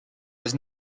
was